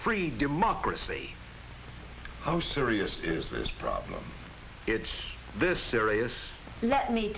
free democracy how serious is this problem it's this serious